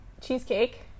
Cheesecake